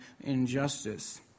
injustice